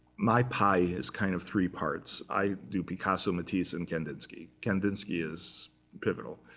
my pi is kind of three parts. i do picasso, matisse, and kandinsky. kandinsky is pivotal.